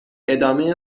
ادامه